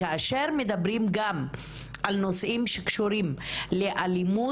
כאשר מדברים גם על נושאים שקשורים לאלימות